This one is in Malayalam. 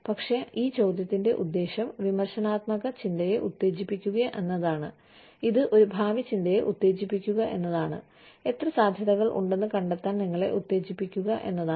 പക്ഷേ ഈ ചോദ്യത്തിന്റെ ഉദ്ദേശ്യം വിമർശനാത്മക ചിന്തയെ ഉത്തേജിപ്പിക്കുക എന്നതാണ് ഇത് ഒരു ഭാവി ചിന്തയെ ഉത്തേജിപ്പിക്കുക എന്നതാണ് എത്ര സാധ്യതകൾ ഉണ്ടെന്ന് കണ്ടെത്താൻ നിങ്ങളെ ഉത്തേജിപ്പിക്കുക എന്നതാണ്